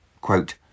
quote